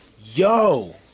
yo